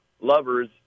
lovers